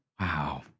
Wow